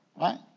right